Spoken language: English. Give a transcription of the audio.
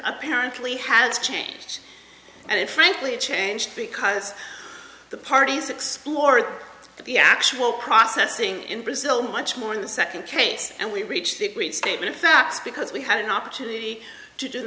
apparently has change and frankly a change because the parties explored the actual processing in brazil much more in the second case and we reached the statement of facts because we had an opportunity to do the